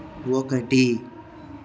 ఒకటి